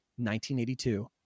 1982